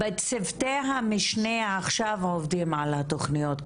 בצוותי המשנה עכשיו עובדים על התוכניות,